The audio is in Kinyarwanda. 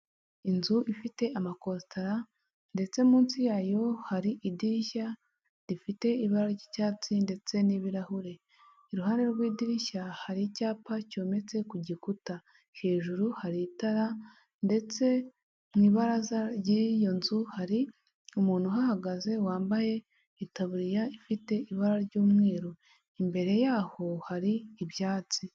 Inzu ifite amakositara ndetse munsi yayo hari idirishya rifite ibara ry'icyatsi ndetse n'ibirahure; iruhande rw'idirishya hari icyapa cyometse ku gikuta; hejuru hari itara ndetse mu ibaraza ry'iyo nzu, hari umuntu uhahagaze wambaye itaburiya ifite ibara ry'umweru; imbere yaho hari ibyatsi.